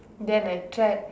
then I tried